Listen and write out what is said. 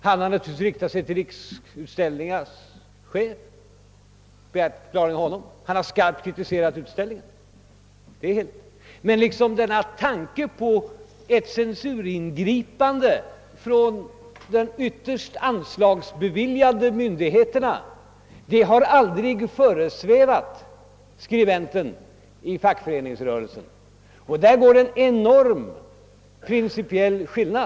Han hade naturligtvis riktat sig till chefen för Riksutställningar för att få en förklaring av honom. Han har självfallet skarpt kritiserat utställningen, men någon tanke på ett censuringripande från de i sista hand anslagsbeviljande myndigheterna har aldrig föresvävat skribenten i Fackföreningsrörelsen. Det föreligger därvidlag en mycket skarp principiell skiljelinje.